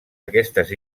aquestes